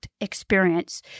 experience